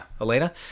Elena